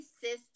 sister